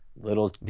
little